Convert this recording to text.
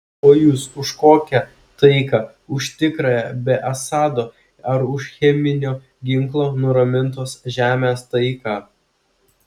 o jūs už kokią taiką už tikrąją be assado ar už cheminio ginklo nuramintos žemės taiką